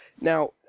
Now